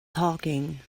talking